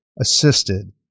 assisted